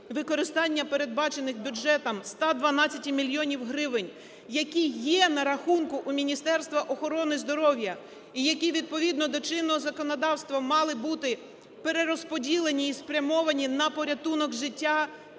використання передбачених бюджетом 112 мільйонів гривень, які є на рахунку у Міністерства охорони здоров'я і які відповідно до чинного законодавства мали бути перерозподілені і спрямовані на порятунок життя